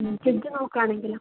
fridge നോക്കാണെങ്കിലോ